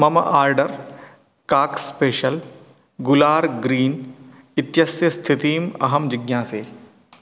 मम आर्डर् काक् स्पेशल् गुलार् ग्रीन् इत्यस्य स्थितीम् अहं जिज्ञासे